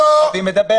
לא.